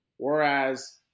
Whereas